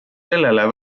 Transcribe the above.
sellele